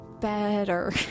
better